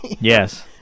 yes